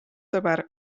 sõber